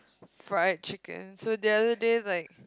fried chicken so the other day like